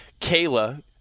Kayla